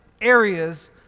areas